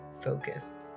focus